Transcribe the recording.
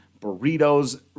burritos